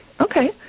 Okay